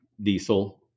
diesel